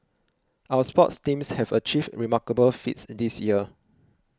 our sports teams have achieved remarkable feats this year